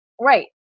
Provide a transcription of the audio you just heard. right